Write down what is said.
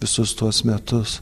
visus tuos metus